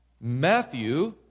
Matthew